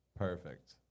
Perfect